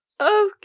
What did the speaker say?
okay